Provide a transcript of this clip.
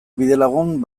bidelagun